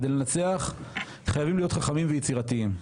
כדי לנצח חייבים להיות חכמים ויצירתיים.